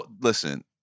listen